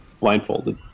Blindfolded